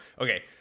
okay